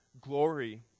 glory